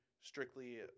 strictly